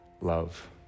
love